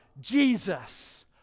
Jesus